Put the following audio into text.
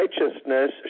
righteousness